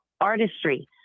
artistry